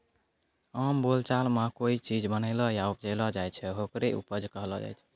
आम बोलचाल मॅ कोय चीज बनैलो या उपजैलो जाय छै, होकरे उपज कहलो जाय छै